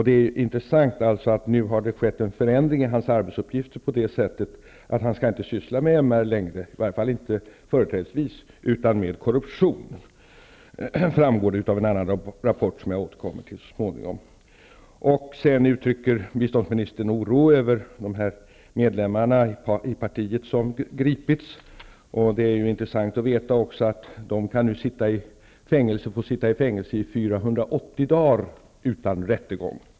Det är intressant att det nu skett en förändring i hans arbetsuppgifter på så sätt att han inte längre skall syssla med MR-frågor, i varje fall inte företrädesvis, utan med korruption. Det framgår av en annan rapport som jag skall återkomma till så småningom. Biståndsministern uttrycker oro över att medlemmar i partiet gripits. Det är intressant att veta att de nu kan få sitta i fängelse i 480 dagar utan rättegång.